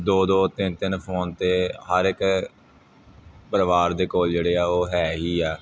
ਦੋ ਦੋ ਤਿੰਨ ਤਿੰਨ ਫੋਨ ਤਾਂ ਹਰ ਇੱਕ ਪਰਿਵਾਰ ਦੇ ਕੋਲ ਜਿਹੜੇ ਆ ਉਹ ਹੈ ਹੀ ਆ